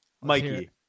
Mikey